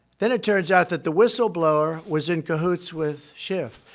then it turns out that the whistleblower was in cahoots with schiff.